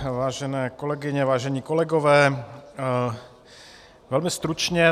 Vážené kolegyně, vážení kolegové, velmi stručně.